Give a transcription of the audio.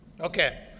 okay